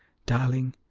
darling,